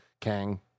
Kang